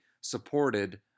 supported